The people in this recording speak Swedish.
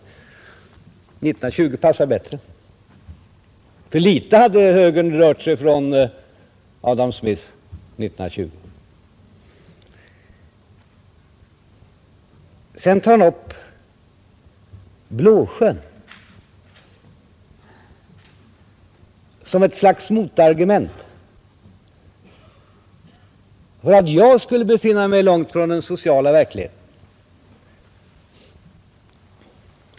År 1920 passar bättre, för litet hade högern då rört sig från Adam Smith. Sedan tar han upp Blåsjön som ett slags motargument — för att jag skulle befinna mig långt från den sociala verkligheten.